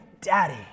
daddy